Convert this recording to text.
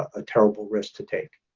a terrible risk to take.